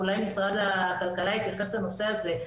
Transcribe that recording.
ואולי משרד הכלכלה יתייחס לנושא הזה,